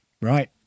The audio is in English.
Right